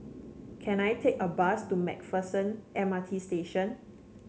can I take a bus to MacPherson M R T Station